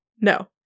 No